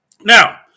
Now